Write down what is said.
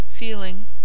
feeling